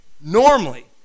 normally